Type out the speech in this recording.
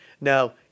Now